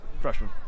freshman